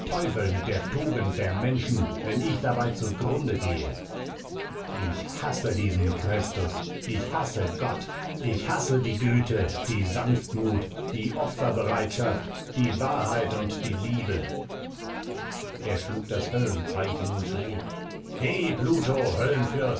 mit der tugend der menschen wenn ich dabei zugrunde gehe ich hasse diesen christus ich hasse gott ich hasse die güte die sanftmut die opferbereitschaft die wahrheit und die liebe er schlug das höllenzeichen und schrie he pluto